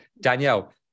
danielle